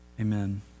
Amen